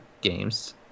Games